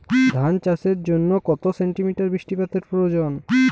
ধান চাষের জন্য কত সেন্টিমিটার বৃষ্টিপাতের প্রয়োজন?